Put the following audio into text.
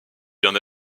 bien